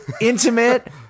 Intimate